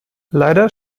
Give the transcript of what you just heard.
leider